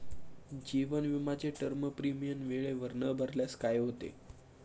जीवन विमाचे term premium वेळेवर न भरल्यास काय होते?